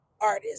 artist